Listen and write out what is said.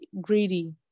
greedy